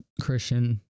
Christian